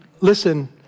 listen